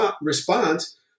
response